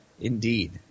Indeed